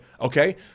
okay